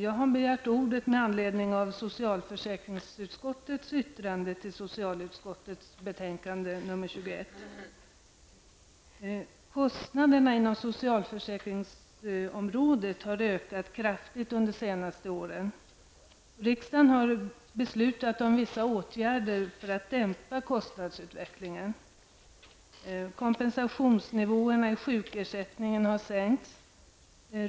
Jag har begärt ordet med anledning av socialförsäkringsutskottets yttrande till socialutskottets betänkande SoU21. Kostnaderna inom socialförsäkringsområdet har ökat kraftigt under de senaste åren. Riksdagen har beslutat om vissa åtgärder för att dämpa kostnadsutvecklingen. Kompensationsnivåerna i sjukersättningen har sänkts.